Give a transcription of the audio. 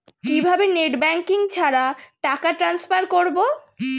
কিভাবে net banking ছাড়া টাকা ট্রান্সফার করবো?